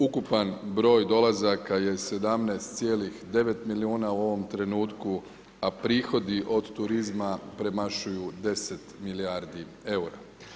Ukupan broj dolazaka je 17,9 milijuna u ovom trenutku a prihodi od turizma premašuju 10 milijardi eura.